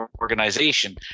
organization